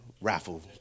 raffle